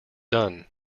done